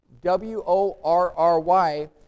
W-O-R-R-Y